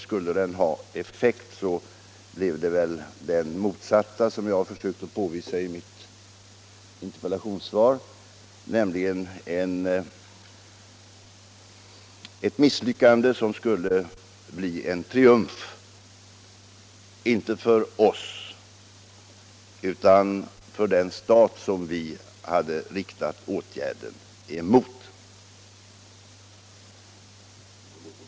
Skulle den ha effekt bleve det väl, som jag försökt påvisa i mitt interpellationssvar, den motsatta, nämligen ett misslyckande som skulle bli en triumf, inte för oss utan för den stat som vi hade riktat åtgärden mot.